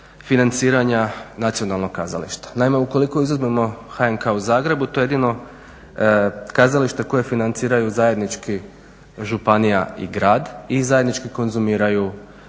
financiranja nacionalnog kazališta. Naime ukoliko izuzmemo HNK u Zagrebu, to je jedino kazalište koje financiraju zajednički županija i grad i zajednički konzumiraju